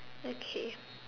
okay